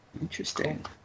Interesting